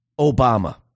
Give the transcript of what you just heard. Obama